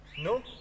No